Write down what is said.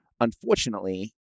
unfortunately